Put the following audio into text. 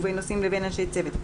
ובין נוסעים לבין אנשי צוות.